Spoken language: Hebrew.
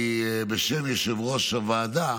אני, בשם יושב-ראש הוועדה,